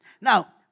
Now